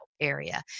area